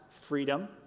freedom